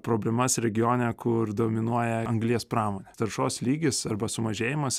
problemas regione kur dominuoja anglies pramonė taršos lygis arba sumažėjimas